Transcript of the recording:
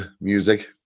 music